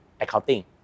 accounting